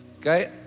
Okay